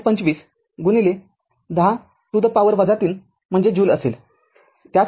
२५१० to the power ३ घात म्हणजे joule असेल